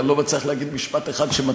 אני לא אתן לך הבעת דעה.